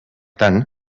tant